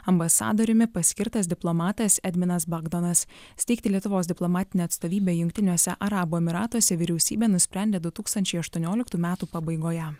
ambasadoriumi paskirtas diplomatas edvinas bagdonas steigti lietuvos diplomatinę atstovybę jungtiniuose arabų emyratuose vyriausybė nusprendė du tūkstančiai aštuonioliktų metų pabaigoje